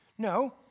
No